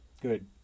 Good